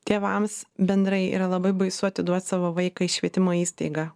tėvams bendrai yra labai baisu atiduot savo vaiką į švietimo įstaigą